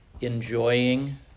enjoying